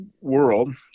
world